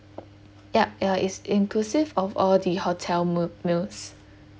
yup uh it's inclusive of all the hotel me~ meals